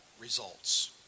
results